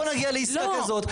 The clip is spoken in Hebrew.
בואי נגיע לעסקה כזאת.